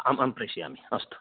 आम् आम् प्रेषयामि अस्तु